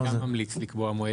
אני גם ממליץ לקבוע מועד